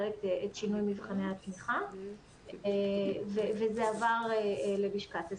את שינוי מבחני התמיכה וזה עבר ללשכת השר.